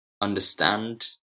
understand